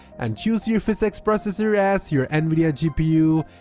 and choose your physx processor as your nvidia gpu,